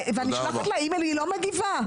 שלחתי לה מייל והיא לא הגיבה.